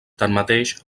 tanmateix